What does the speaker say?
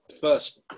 First